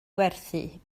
werthu